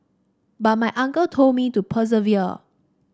but my uncle told me to persevere